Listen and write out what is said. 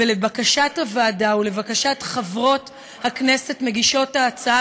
ולבקשת הוועדה ולבקשת חברות הכנסת מגישות ההצעה